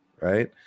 right